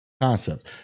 concepts